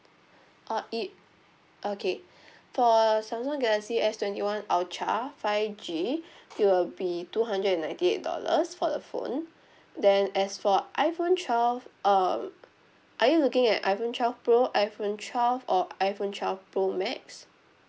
uh it okay for samsung galaxy S twenty one ultra five G it will be two hundred and ninety eight dollars for the phone then as for iphone twelve um are you looking at iphone twelve pro iphone twelve or iphone twelve pro max